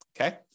okay